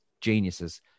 geniuses